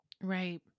Right